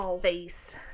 face